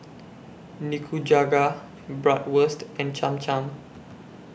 Nikujaga Bratwurst and Cham Cham